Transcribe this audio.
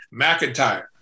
McIntyre